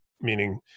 meaning